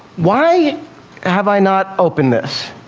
why have i not opened this?